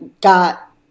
got